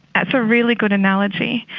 that's a really good analogy.